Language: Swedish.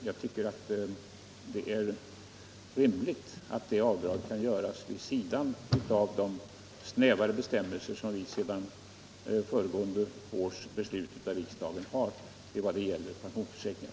Jag tycker det är rimligt 87 att det avdraget kan göras vid sidan av de snävare bestämmelser som vi sedan föregående års beslut av riksdagen har när det gäller pensionsförsäkringar.